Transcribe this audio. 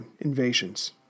invasions